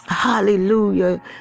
Hallelujah